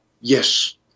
Yes